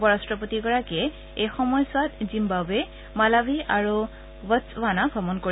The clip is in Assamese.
উপৰাট্টপতিগৰাকীয়ে এই সময়ছোৱাত জিম্বাৱে মালাৱী আৰু বটছ্ৱানা ভ্ৰমণ কৰিব